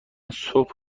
صبح